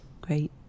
great